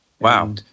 Wow